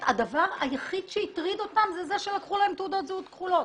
הדבר היחיד שהטריד אותם זה שלקחו להם את תעודות הזהות הכחולות.